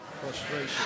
frustration